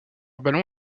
ballon